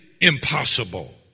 impossible